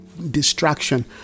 distraction